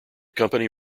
company